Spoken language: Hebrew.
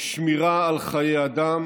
בשמירה על חיי אדם